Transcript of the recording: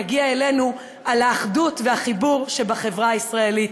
יגיע אלינו: על האחדות והחיבור שבחברה הישראלית.